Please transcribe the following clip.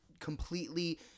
completely